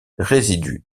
résidu